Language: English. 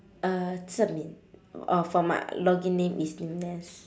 (uh zhen min uh for my login name is nes